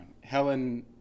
Helen